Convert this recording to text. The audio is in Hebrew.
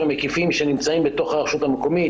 מקיפים שנמצאים בתוך הרשות המקומית.